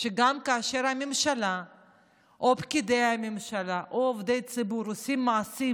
שגם כאשר הממשלה או פקידי ממשלה או עובדי ציבור עושים מעשים